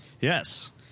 Yes